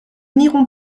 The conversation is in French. n’irons